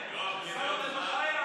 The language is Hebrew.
חבר'ה, ששר הרווחה יענה.